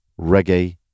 reggae